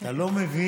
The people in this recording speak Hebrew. אתה לא מבין,